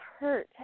hurt